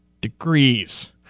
degrees